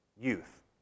youth